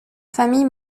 famille